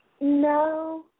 No